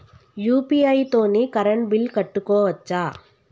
UPI తోని current bill కట్టుకోవచ్ఛా?